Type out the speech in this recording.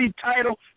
title